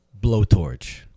blowtorch